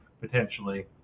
potentially